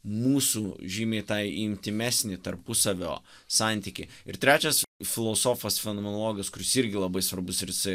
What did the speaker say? mūsų žymiai tą intymesnį tarpusavio santykį ir trečias filosofas fenomenologas kuris irgi labai svarbus ir jisai